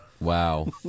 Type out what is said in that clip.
Wow